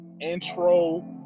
intro